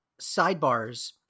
sidebars